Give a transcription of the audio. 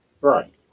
right